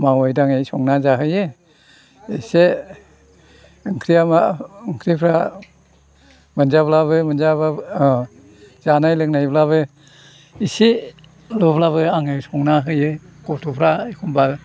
मावै दाङै संना जाहोयो एसे ओंख्रिया मा ओंख्रिफ्रा मोनजाब्लाबो मोनजायाब्लाबो ओह जानाय लोंनायब्लाबो एसे दब्लाबो आङो संना होयो गथ'फ्रा एखनबा